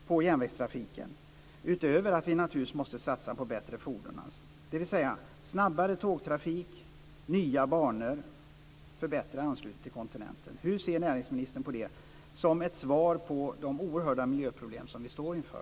Dessutom måste vi naturligtvis satsa på bättre fordon. Det handlar alltså om snabbare tågtrafik, nya banor och förbättrad anslutning till kontinenten. Hur ser näringsministern på det som ett svar på de oerhörda miljöproblem som vi står inför?